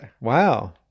Wow